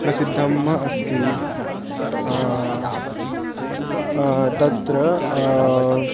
प्रसिद्धम् अस्ति तत्र